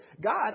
God